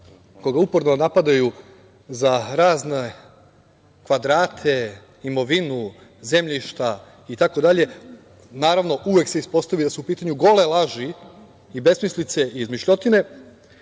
koga uporno napadaju za razne kvadrate, imovinu, zemljišta, itd. Naravno, uvek se ispostavi da su u pitanju gole laži, besmislice i izmišljotine,